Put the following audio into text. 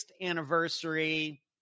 anniversary